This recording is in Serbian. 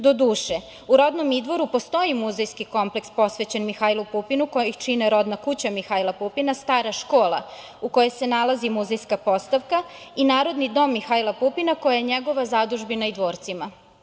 Doduše, u rodnom Idvoru postoji muzejski kompleks posvećen Mihajlu Pupinu, koji ih čine rodna kuća Mihajla Pupina, stara škola u kojoj se nalazi muzejska postavka i Narodni dom Mihajla Pupina koje je njegova zadužbina u Idvorcima.